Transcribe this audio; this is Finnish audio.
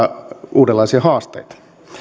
uudenlaisia haasteita